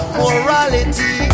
morality